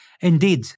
Indeed